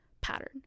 pattern